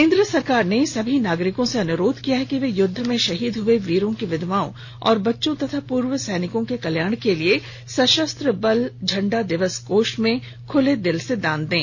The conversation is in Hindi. केंद्र सरकार ने सभी नागरिकों से अनुरोध किया है कि वे युद्ध में शहीद हुए वीरों की विधवाओं और बच्चों और पूर्व सैनिकों के कल्याण के लिए सशस्त्र बल झंडा दिवस कोष में खुले दिल से दान दें